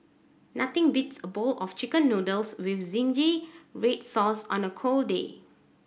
nothing beats a bowl of Chicken Noodles with zingy red sauce on a cold day